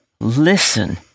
listen